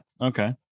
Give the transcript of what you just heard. okay